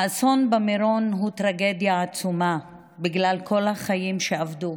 האסון במירון הוא טרגדיה עצומה בגלל כל החיים שאבדו,